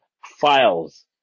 files